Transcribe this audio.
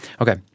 Okay